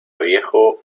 viejo